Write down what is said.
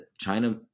China